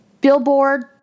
Billboard